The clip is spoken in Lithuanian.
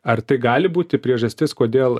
ar tai gali būti priežastis kodėl